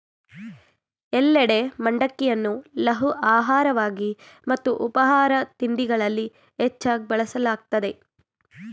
ಎಲ್ಲೆಡೆ ಮಂಡಕ್ಕಿಯನ್ನು ಲಘು ಆಹಾರವಾಗಿ ಮತ್ತು ಉಪಾಹಾರ ತಿಂಡಿಗಳಲ್ಲಿ ಹೆಚ್ಚಾಗ್ ಬಳಸಲಾಗ್ತದೆ